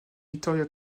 victoria